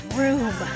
room